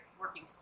working